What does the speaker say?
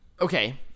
Okay